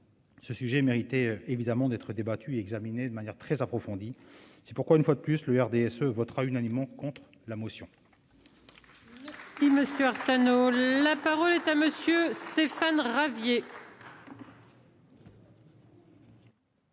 ce sujet méritait d'être débattu et examiné de manière très approfondie. C'est pourquoi, une fois de plus, le RDSE votera unanimement contre la motion ! La parole est à M. Stéphane Ravier.